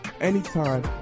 anytime